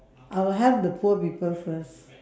I will help the poor people first